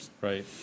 Right